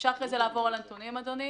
אפשר אחרי זה לעבור על הנתונים, אדוני